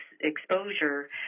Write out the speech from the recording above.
exposure